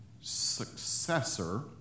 successor